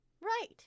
Right